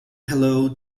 hello